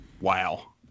Wow